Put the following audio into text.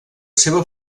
seva